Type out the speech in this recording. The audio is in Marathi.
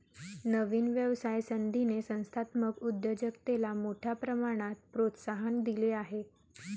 नवीन व्यवसाय संधींनी संस्थात्मक उद्योजकतेला मोठ्या प्रमाणात प्रोत्साहन दिले आहे